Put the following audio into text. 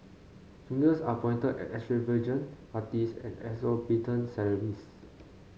fingers are pointed at extravagant parties and exorbitant salaries